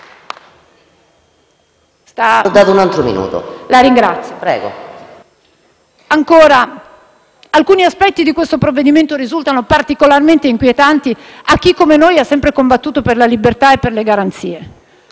Alcuni aspetti di questo provvedimento risultano particolarmente inquietanti a chi, come noi, ha sempre combattuto per la libertà e per le garanzie.